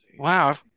wow